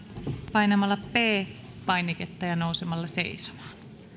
painamalla p painiketta ja nousemalla seisomaan